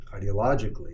ideologically